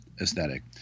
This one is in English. aesthetic